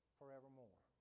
forevermore